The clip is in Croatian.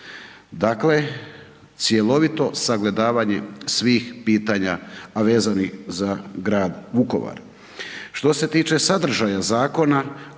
Dakle, cjelovito sagledavanje svih pitanja, a vezanih za grad Vukovar. Što se tiče sadržaja zakona,